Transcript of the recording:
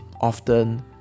often